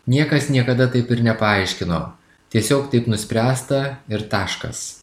niekas niekada taip ir nepaaiškino tiesiog taip nuspręsta ir taškas